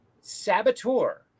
saboteur